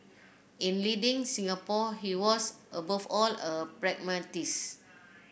in leading Singapore he was above all a pragmatist